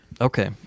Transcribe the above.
Okay